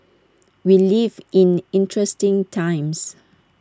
we live in interesting times